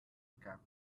cap